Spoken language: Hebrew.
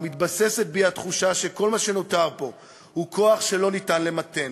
ומתבססת בי התחושה שכל מה שנותר פה הוא כוח שלא ניתן למתן.